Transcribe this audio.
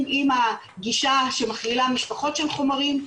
עם הגישה שמכלילה משפחות של חומרים,